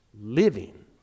living